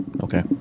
Okay